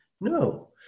No